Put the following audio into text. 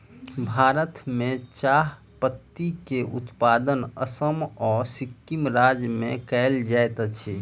भारत में चाह पत्ती के उत्पादन असम आ सिक्किम राज्य में कयल जाइत अछि